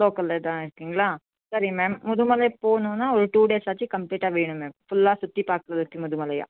லோக்கலில் தான் இருக்கிங்களா சரி மேம் முதுமலை போகணுன்னா ஒரு டூ டேஸாச்சும் கம்ப்ளீட்டாக வேணும் மேம் ஃபுல்லாக சுற்றிப் பாக்குறதுக்கு முதுமலையா